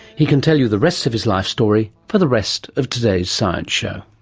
he can tell you the rest of his life story for the rest of today's science show.